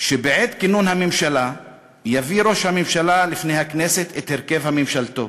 "בעת כינון הממשלה יביא ראש הממשלה לפני הכנסת את הרכב ממשלתו.